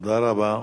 תודה רבה.